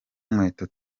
nkweto